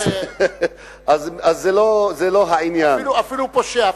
אפילו פושע,